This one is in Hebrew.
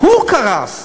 הוא קרס.